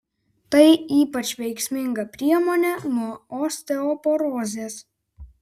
tai ypač veiksminga priemonė nuo osteoporozės